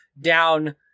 down